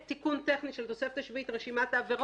זה תיקון טכני של תוספת השביעית, רשימה העבירות.